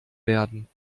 werden